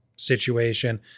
situation